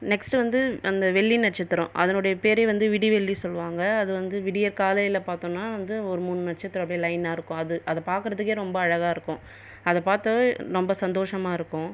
next வந்து அந்த வெள்ளி நட்சத்திரம் அதனுடைய பெரே வந்து விடிவெள்ளி சொல்வாங்கள் அது வந்து விடியற் காலையில் பார்த்தோனா வந்து ஒரு மூன்று நட்சத்திரம் அப்படியே லயனாயிருக்கும் அது அதை பார்க்கறதுக்கே ரொம்ப அழகாக இருக்கும் அதை பார்த்தாவே ரொம்ப சந்தோஷமாக இருக்கும்